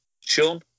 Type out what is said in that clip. Sean